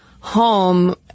home